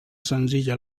senzilla